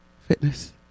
fitness